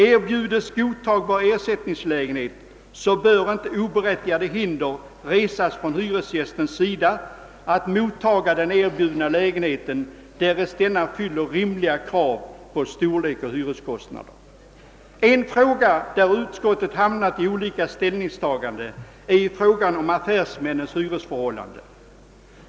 Erbjudes godtagbar ersättningslägenhet bör inte oberättigade hinder resas från hyresgästens sida att mottaga den erbjudna lägenheten, därest denna fyller rimliga krav på storlek och hyreskostnader. En fråga där vi inom utskottet hamnat i olika ställningstaganden är frågan om affärsmännens hyresförhållanden.